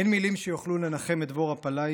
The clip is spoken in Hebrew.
אין מילים שיוכלו לנחם את דבורה פלאי,